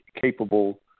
capable